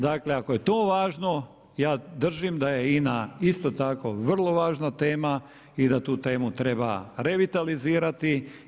Dakle, ako je to važno ja držim da je INA isto tako vrlo važna tema i da tu temu treba revitalizirati.